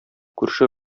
күрше